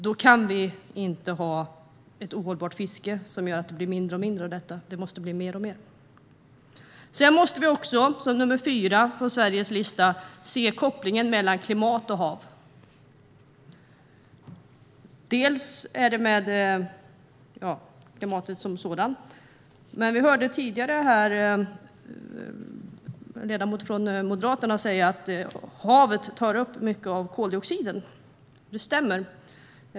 Då kan vi inte ha ett ohållbart fiske som gör att det blir mindre och mindre fisk; det måste bli mer och mer. Det fjärde på Sveriges lista är att man måste se kopplingen mellan klimat och hav. Vi hörde tidigare ledamoten från Moderaterna säga att havet tar upp mycket av koldioxiden. Det stämmer.